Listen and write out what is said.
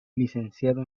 licenciado